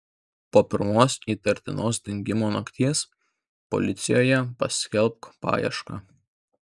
po pirmos įtartinos dingimo nakties policijoje paskelbk paiešką